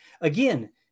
Again